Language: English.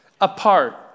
apart